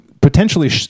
potentially